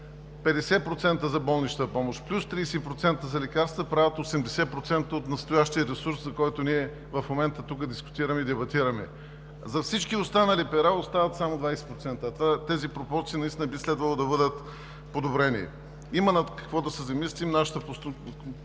50% за болничната помощ плюс 30% за лекарствата и прави 80% от настоящия ресурс, за който в момента дискутираме и дебатираме, за всички останали пера остават само 20%, а тези пропорции наистина би следвало да бъдат подобрени. Има над какво да се замислим. Нашата позиция